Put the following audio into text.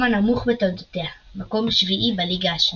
הנמוך בתולדותיה - מקום 7 בליגה השנייה.